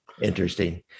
Interesting